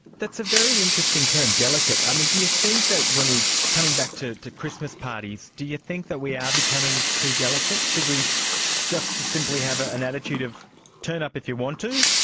that's a very interesting term, delicate. um ah do you think that when we, coming back to to christmas parties, do you think that we are becoming too delicate? should we just simply have ah an attitude of turn up if you want to,